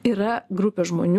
yra grupė žmonių